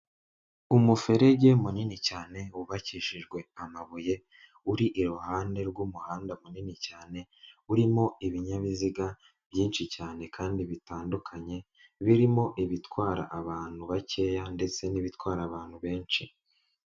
Umuferege munini cyane wubakishijwe amabuye, uri iruhande rw'umuhanda munini cyane urimo ibinyabiziga byinshi cyane kandi bitandukanye birimo ibitwara abantu bakeya ndetse n'ibitwara abantu benshi.